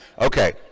Okay